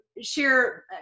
share